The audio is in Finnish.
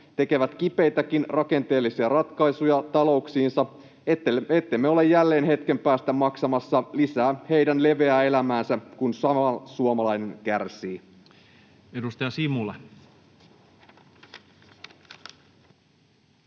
tekevät kipeitäkin rakenteellisia ratkaisuja talouksiinsa, ettemme ole jälleen hetken päästä maksamassa lisää heidän leveää elämäänsä, kun samalla suomalainen kärsii. Edustaja Simula.